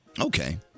Okay